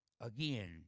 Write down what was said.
Again